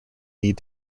need